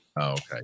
Okay